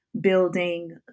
building